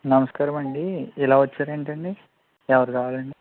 నమస్కారం అండి ఇలా వచ్చారు ఏంటండీ ఎవరు కావాలండి